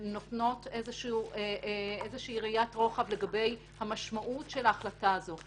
נותנות ראיית רוחב לגבי המשמעות של ההחלטה הזאת.